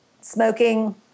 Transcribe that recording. smoking